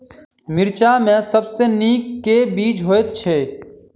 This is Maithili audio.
मिर्चा मे सबसँ नीक केँ बीज होइत छै?